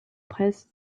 presse